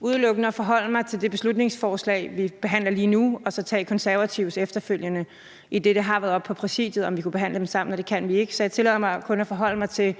udelukkende at forholde mig til det beslutningsforslag, vi behandler lige nu, og så tage Konservatives efterfølgende, idet det har været oppe i Præsidiet, om vi kunne behandle dem sammen, og det kan vi ikke. Så jeg tillader mig kun at forholde mig til